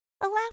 Allow